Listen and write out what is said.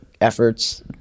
efforts